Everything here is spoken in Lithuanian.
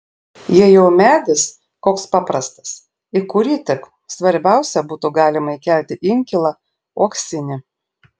jei jau medis koks paprastas į kurį tik svarbiausia būtų galima įkelti inkilą uoksinį